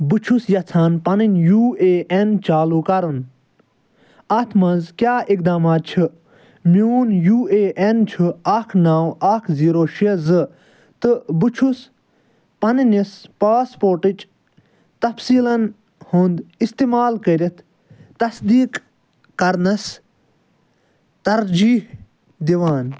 بہٕ چھُس یَژھان پنٕنۍ یوٗ اےٚ اٮ۪ن چالوٗ کرُن اَتھ منٛز کیٛاہ اقدامات چھِ میٛون یوٗ اےٚ اٮ۪ن چھُ اکھ نو اکھ زیٖرو شیٚے زٕ تہٕ بہٕ چھُس پنٕنس پاسپورٹٕچ تفصیلن ہُنٛد اِستعمال کٔرتھ تصدیٖق کَرنس ترجیح دوان